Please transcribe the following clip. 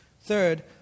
Third